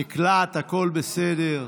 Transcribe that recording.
נקלט, הכול בסדר.